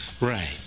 Right